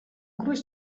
gruix